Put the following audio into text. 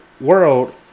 world